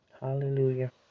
hallelujah